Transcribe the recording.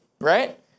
right